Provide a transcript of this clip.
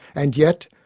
and yet,